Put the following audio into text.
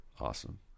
Awesome